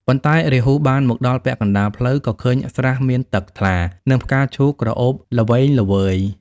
ប៉ុន្តែ រាហូបានមកដល់ពាក់កណ្ដាលផ្លូវ ក៏ឃើញស្រះមានទឹកថ្លា និងផ្កាឈូកក្រអូបល្វេងល្វើយ។